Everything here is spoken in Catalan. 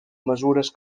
mesures